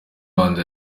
rwanda